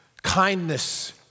Kindness